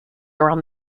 around